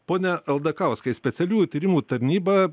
pone aldakauskai specialiųjų tyrimų tarnyba